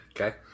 Okay